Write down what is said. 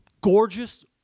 Gorgeous